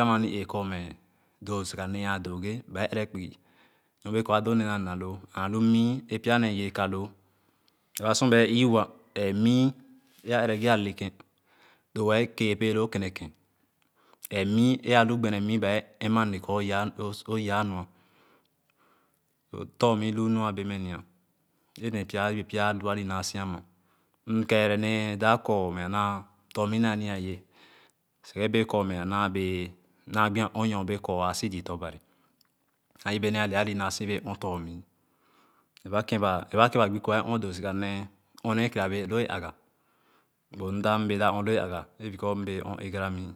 ama kor do sìga nee ãã dooge ba ɛrɛ kpugì nor-bee kor a donee naa le na loo and alu mii pya nee yereka loo aba sor bae ìì wa ẽẽh mìì a ɛrɛ ge ale kèn dowa ẽẽ keeh pee loo kèn-ne-kèn ẽẽh mìì ẽẽ alu gbene mìì ba ɛm-ane kor o yaa nua tor-mìì nu nua bee mɛ nìa ane pya alu anì naasì ama mkɛɛrɛ nee a dap kormɛ tor-mìì naa nia-ye sìga bee kor naa bee naa gbì a ɔ̃n norbee kor a sì tɔ̃ Banì taah yebe nee ale anì naasì ɔ̃n tor-mìì ɛrɛ ba kèn ba gbo kèn ba ẽẽ ɔ̃n doo sìga nee ba ɔ̃n nee kere abee lo e aga but mda mbee dap ɔ̃n loo aga e because m bee ɔ̃n egara mìì.